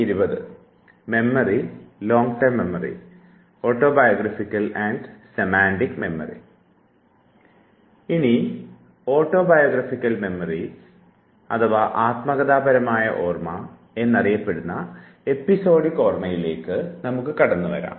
ഇനി ആത്മകഥാപരമായ ഓർമ്മ എന്നറിയപ്പെടുന്ന എപ്പിസോഡിക് ഓർമ്മയിലേക്ക് നമുക്ക് കടന്നു വരാം